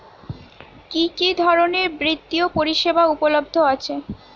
কি কি ধরনের বৃত্তিয় পরিসেবা উপলব্ধ আছে?